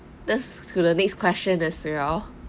thats to the next question as you know